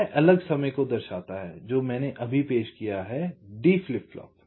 यह अलग समय को दर्शाता है जो मैंने अभी पेश किया है D फ्लिप फ्लॉप